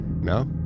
No